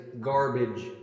garbage